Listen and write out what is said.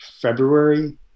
February